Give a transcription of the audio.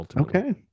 okay